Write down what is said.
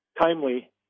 timely